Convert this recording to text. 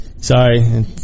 Sorry